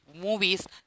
movies